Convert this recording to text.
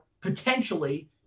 potentially –